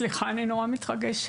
סליחה, אני נורא מתרגשת.